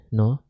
no